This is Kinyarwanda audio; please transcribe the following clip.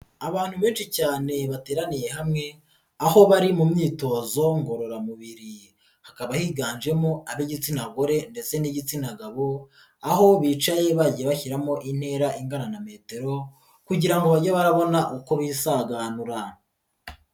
Abantu benshi cyane bateraniye hamwe aho bari mu myitozo ngororamubiri, hakaba higanjemo ab'igitsina gore ndetse n'igitsina gabo, aho bicaye bagiye bashyiramo intera ingana na metero kugira ngo bajye barabona uko bisaganura.